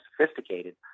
sophisticated